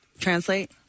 Translate